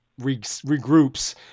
regroups